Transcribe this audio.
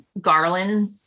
garland